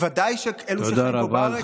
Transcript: בוודאי של אלו שחיים פה בארץ,